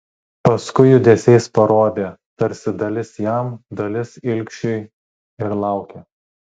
paskui judesiais parodė tarsi dalis jam dalis ilgšiui ir laukė